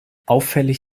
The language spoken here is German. auffällig